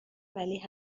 ولی